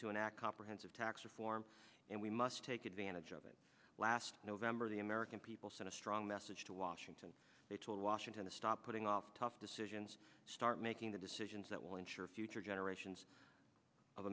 to enact comprehensive tax reform and we must take advantage of it last november the american people sent strong message to washington they told washington to stop putting off tough decisions start making the decisions that will ensure future generations of